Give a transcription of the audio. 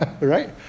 Right